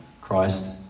Christ